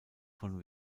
von